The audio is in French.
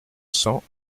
cent